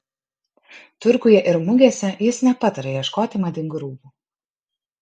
turguje ir mugėse jis nepataria ieškoti madingų rūbų